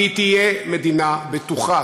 והיא תהיה מדינה בטוחה,